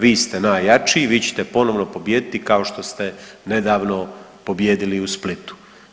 Vi ste najjači, vi ćete ponovno pobijediti kao što ste nedavno pobijedili u Splitu.